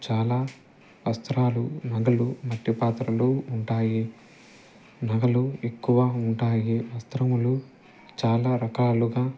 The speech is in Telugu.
చాలా వస్త్రాలు నగలు మట్టి పాత్రలు ఉంటాయి నగలు ఎక్కువ ఉంటాయి వస్త్రములు చాలా రకాలుగా